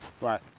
Right